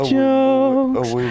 jokes